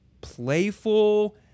playful